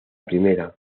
primera